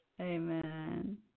Amen